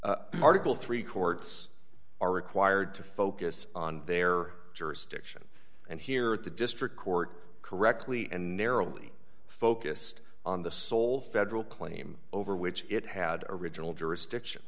tire article three courts are required to focus on their jurisdiction and here at the district court correctly and narrowly focused on the sole federal claim over which it had original jurisdiction